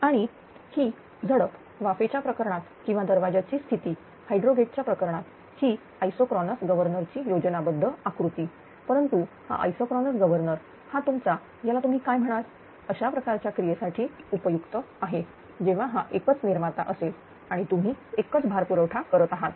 आणि ही झडप वाफेच्या प्रकरणात किंवा दरवाज्याची स्थिती हायड्रो गेटच्या प्रकरणात ही आइसोक्रोनस गवर्नर ची योजनाबद्ध आकृती परंतु हा आइसोक्रोनस गवर्नर हा तुमचा याला तुम्ही काय म्हणाल अशा प्रकारच्या क्रियेसाठी उपयुक्त आहे जेव्हा हा एकच निर्माता असेल आणि तुम्ही एकच भार पुरवठा करत आहात